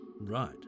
Right